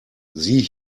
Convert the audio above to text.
sieh